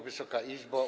Wysoka Izbo!